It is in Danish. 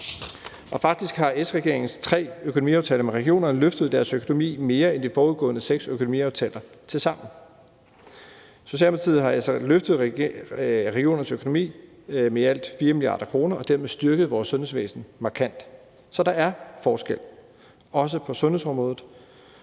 Faktisk har S-regeringens tre økonomiaftaler med regionerne løftet deres økonomi mere end de forudgående seks økonomiaftaler tilsammen. Socialdemokratiet har altså løftet regionernes økonomi med i alt 4 mia. kr. og dermed styrket vores sundhedsvæsen markant. Så der er forskel – også på sundhedsområdet,